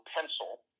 pencil